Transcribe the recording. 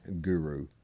Guru